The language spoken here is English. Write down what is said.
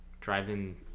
Driving